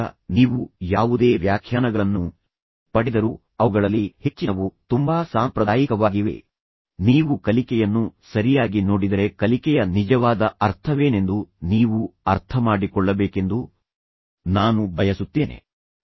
ಈಗ ನೀವು ಯಾವುದೇ ವ್ಯಾಖ್ಯಾನಗಳನ್ನೂ ಪಡೆದರೂ ಅವುಗಳಲ್ಲಿ ಹೆಚ್ಚಿನವು ತುಂಬಾ ಸಾಂಪ್ರದಾಯಿಕವಾಗಿವೇ ನೀವು ಕಲಿಕೆಯನ್ನು ಸರಿಯಾಗಿ ನೋಡಿದರೆ ಕಲಿಕೆಯ ನಿಜವಾದ ಅರ್ಥವೇನೆಂದು ನೀವು ಅರ್ಥಮಾಡಿಕೊಳ್ಳಬೇಕೆಂದು ನಾನು ಬಯಸುತ್ತೇನೆಃ